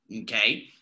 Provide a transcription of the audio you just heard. okay